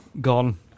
Gone